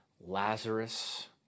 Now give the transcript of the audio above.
Lazarus